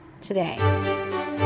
today